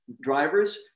drivers